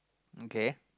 okay